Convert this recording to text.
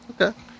Okay